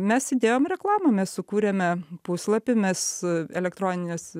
mes įdėjom į reklamą mes sukūrėme puslapį mes elektroninės